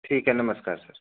ठीक है नमस्कार सर